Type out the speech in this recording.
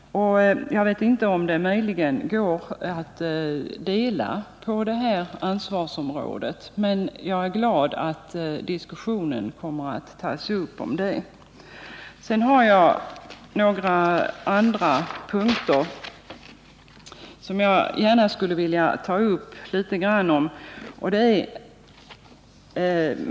Jag vet inte om det möjligen går att dela på detta ansvarsområde, men jag är glad att en diskussion kommer att tas upp. Sedan finns det några andra punkter som jag gärna skulle vilja beröra något litet.